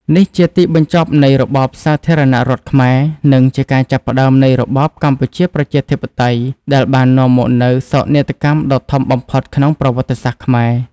នេះជាទីបញ្ចប់នៃរបបសាធារណរដ្ឋខ្មែរ និងជាការចាប់ផ្តើមនៃរបបកម្ពុជាប្រជាធិបតេយ្យ ដែលបាននាំមកនូវសោកនាដកម្មដ៏ធំបំផុតក្នុងប្រវត្តិសាស្ត្រខ្មែរ។